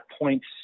points